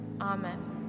amen